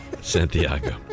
Santiago